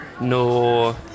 No